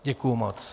Děkuji moc.